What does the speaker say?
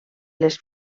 les